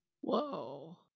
Whoa